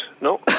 No